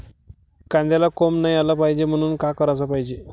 कांद्याला कोंब नाई आलं पायजे म्हनून का कराच पायजे?